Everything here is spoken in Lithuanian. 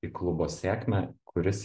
į klubo sėkmę kuris